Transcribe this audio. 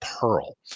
Pearl